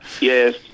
Yes